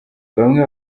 bamwe